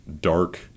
dark